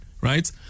right